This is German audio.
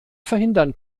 verhindern